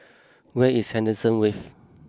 where is Henderson Wave